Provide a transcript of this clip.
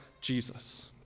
Jesus